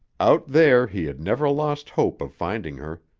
out there he had never lost hope of finding her,